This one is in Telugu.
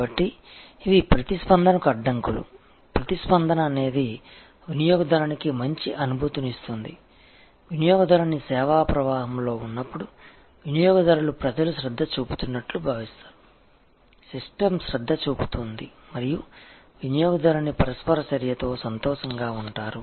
కాబట్టి ఇవి ప్రతిస్పందనకు అడ్డంకులు ప్రతిస్పందన అనేది వినియోగదారునికు మంచి అనుభూతినిస్తుంది వినియోగదారుని సేవా ప్రవాహంలో ఉన్నప్పుడు వినియోగదారు లు ప్రజలు శ్రద్ధ చూపుతున్నట్లు భావిస్తారు సిస్టమ్ శ్రద్ధ చూపుతోంది మరియు వినియోగదారుని పరస్పర చర్యతో సంతోషంగా ఉంటారు